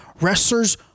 wrestlers